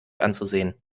anzusehen